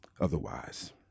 otherwise